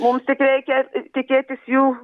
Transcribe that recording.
mums tik reikia tikėtis jų